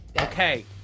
Okay